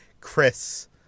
Chris